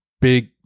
big